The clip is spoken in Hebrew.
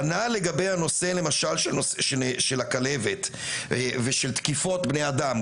כנ"ל למשל לגבי הנושא של הכלבת ושל תקיפות בני אדם.